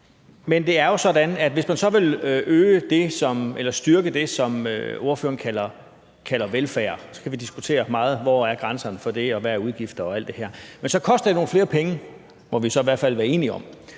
at hvis man vil styrke det, som ordføreren kalder velfærd – så kan vi diskutere meget, hvor grænserne for det er, og hvad udgifterne er og alt det her – så koster det nogle flere penge, må vi så i hvert fald være enige om.